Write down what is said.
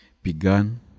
began